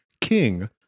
king